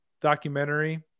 documentary